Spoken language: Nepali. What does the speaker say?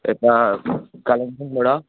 यता कालिम्पोङबाट